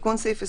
בסעיף 13,